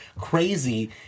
crazy